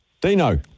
Dino